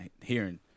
hearing